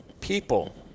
people